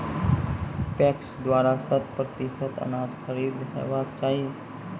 PACS द्वारा शत प्रतिसत अनाज खरीद हेवाक चाही?